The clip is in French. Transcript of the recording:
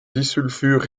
disulfure